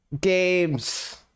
games